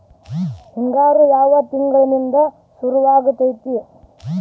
ಹಿಂಗಾರು ಯಾವ ತಿಂಗಳಿನಿಂದ ಶುರುವಾಗತೈತಿ?